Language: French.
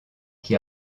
qui